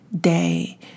day